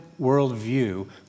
worldview